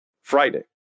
Friday